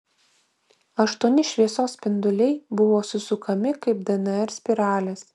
aštuoni šviesos spinduliai buvo susukami kaip dnr spiralės